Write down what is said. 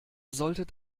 solltet